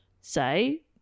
say